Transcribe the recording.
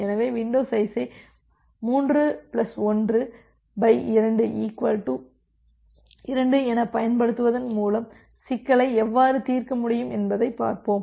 எனவே வின்டோ சைஸை 3 1 2 2 எனப் பயன்படுத்துவதன் மூலம் சிக்கலை எவ்வாறு தீர்க்க முடியும் என்பதைப் பார்ப்போம்